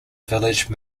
village